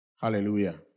hallelujah